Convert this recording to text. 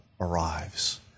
arrives